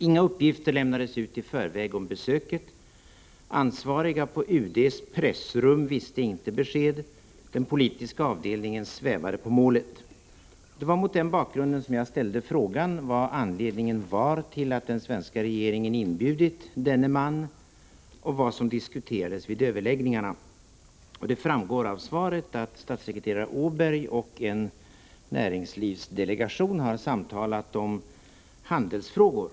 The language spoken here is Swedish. Inga uppgifter lämnades ut i förväg om besöket. Ansvariga på UD:s pressrum visste inte besked. Den politiska avdelningen svävade på målet. Det var mot denna bakgrund jag frågade vad anledningen var till att den svenska regeringen inbjudit denne man och vad som diskuterades vid överläggningarna. Det framgår av svaret att statssekreterare Åberg och en näringslivsdelegation samtalat om handelsfrågor.